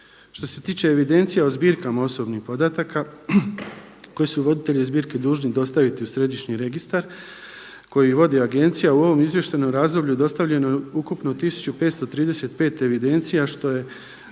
Što se tiče evidencija o zbirkama osobnih podataka koje su voditelji zbirke dužni dostaviti u središnji registar koji vodi agencija u ovom izvještajnom razdoblju dostavljeno je ukupno tisuću 535 agencija što je